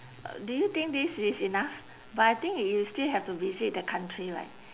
uh do you think this is enough but I think you still have to visit the country right